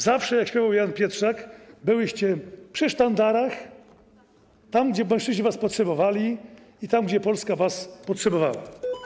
Zawsze, jak śpiewał Jan Pietrzak, byłyście przy sztandarach, tam, gdzie mężczyźni was potrzebowali, i tam, gdzie Polska was potrzebowała.